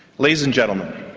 ladies and gentlemen,